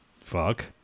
Fuck